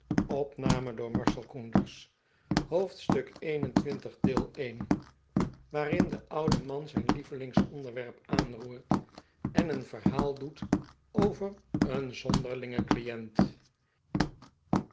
hoofdstuk xxi waarin de oude man zijn lievelingsonderwerp aanroert en een verhaal doet over een zonderlingen client